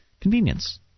Convenience